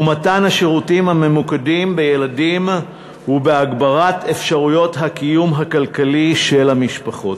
מתן השירותים הממוקדים בילדים והגברת אפשרויות הקיום הכלכלי של המשפחות.